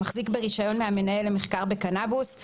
המחזיק ברישיון מהמנהל למחקר בקנבוס,